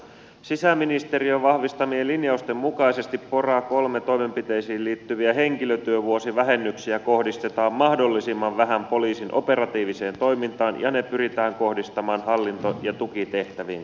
sisäministeriön vahvistamien linjausten mukaisesti pora iii toimenpiteisiin liittyviä henkilötyövuosivähennyksiä kohdistetaan mahdollisimman vähän poliisin operatiiviseen toimintaan ja ne pyritään kohdistamaan hallinto ja tukitehtäviin